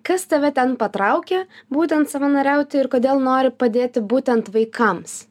kas tave ten patraukė būtent savanoriauti ir kodėl nori padėti būtent vaikams